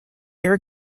air